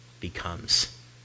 becomes